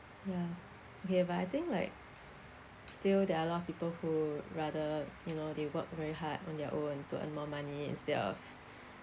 ya okay but I think like still there are a lot of people who rather you know they work very hard on their own to earn more money instead of